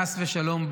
חס ושלום,